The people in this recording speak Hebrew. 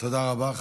תודה רבה.